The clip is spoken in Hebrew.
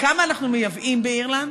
בכמה אנחנו מייבאים מאירלנד?